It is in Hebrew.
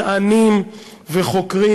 מדענים וחוקרים